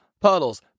puddles